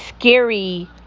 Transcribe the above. Scary